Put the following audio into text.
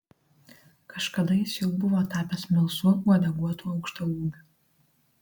kažkada jis jau buvo tapęs melsvu uodeguotu aukštaūgiu